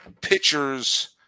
pitchers